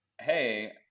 Hey